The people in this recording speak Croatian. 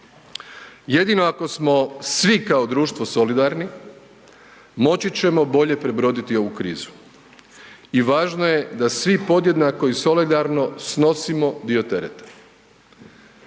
Jedino ako smo svi kao društvo solidarni moći ćemo bolje prebroditi ovu krizu i važno je da svi podjednako i solidarno snosimo dio tereta.